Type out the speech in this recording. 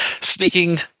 sneaking